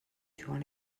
durant